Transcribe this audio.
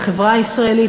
לחברה הישראלית,